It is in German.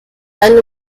eine